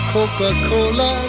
Coca-Cola